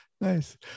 Nice